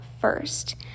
first